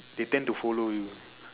the tend to follow you